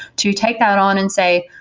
to take that on and say,